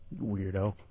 Weirdo